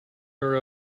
are